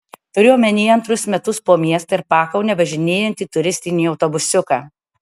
turiu omenyje antrus metus po miestą ir pakaunę važinėjantį turistinį autobusiuką